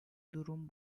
durum